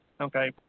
Okay